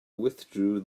withdrew